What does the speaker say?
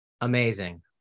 Amazing